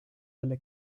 delle